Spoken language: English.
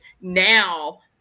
now